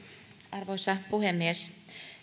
arvoisa puhemies